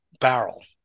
barrel